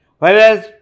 Whereas